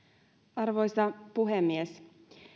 arvoisa puhemies